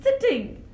sitting